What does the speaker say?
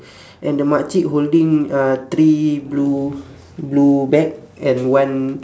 and the mak cik holding uh three blue blue bag and one